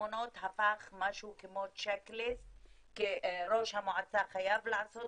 הממונות הפך למשהו כמו צ'ק ליסט כי ראש המועצה חייב לעשות